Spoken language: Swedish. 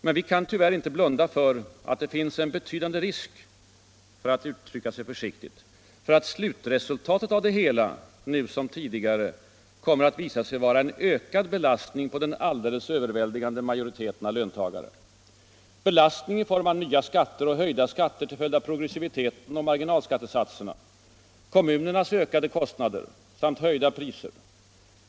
Men vi kan tyvärr inte blunda för att det finns en betydande risk, för att uttrycka sig försiktigt, för att slutresultatet av det hela, nu som tidigare, kommer att visa sig vara en ökad belastning på den alldeles överväldigande majoriteten av löntagare — belastning i form av nya skatter och höjda skatter till följd av progressiviteten och marginalskattesatserna, kommunernas ökade kostnader samt höjda priser.